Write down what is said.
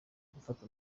gufata